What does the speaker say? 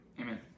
Amen